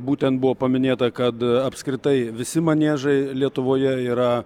būtent buvo paminėta kad apskritai visi maniežai lietuvoje yra